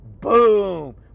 Boom